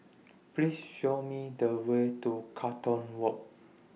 Please Show Me The Way to Carlton Walk